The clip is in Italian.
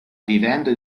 vivendo